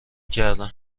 کردن